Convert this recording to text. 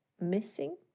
missing